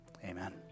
amen